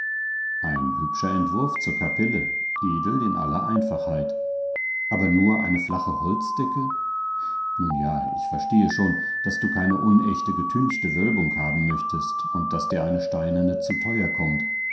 ein hübscher entwurf zur kapelle edel in aller einfachheit aber nur eine flache holzdecke nun ja ich verstehe schon daß du keine unechte getünchte wölbung haben möchtest und daß dir eine steinerne zu teuer kommt